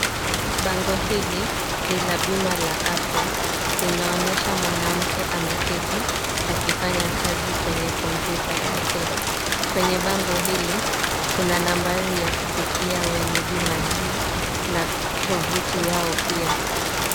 Bango hili ni la bima la afya. Linaonyesha mwanamke ameketi akifanya kazi kwenye kompyuta yake. Kwenye bango hili, kuna nambari ya kufikia wenye bima hii na tovuti yao pia.